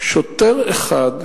שוטר אחד,